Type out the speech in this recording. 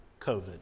COVID